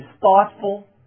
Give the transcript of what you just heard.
thoughtful